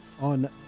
on